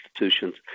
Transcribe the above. institutions